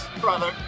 brother